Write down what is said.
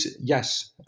yes